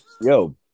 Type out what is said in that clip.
yo